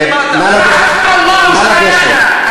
הוא אומר, הוא עולה עכשיו.